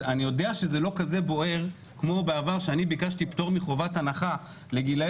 אני יודע שזה לא כזה בוער כמו בעבר כשאני ביקשתי פטור מחובת הנחה לגילי